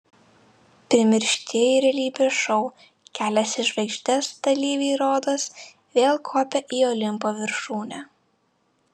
primirštieji realybės šou kelias į žvaigždes dalyviai rodos vėl kopia į olimpo viršūnę